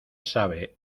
sabe